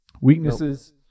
Weaknesses